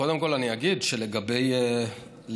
קודם כול אני אגיד שלגבי נתיב,